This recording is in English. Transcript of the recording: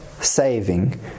saving